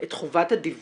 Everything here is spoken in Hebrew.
את חובת הדיווח,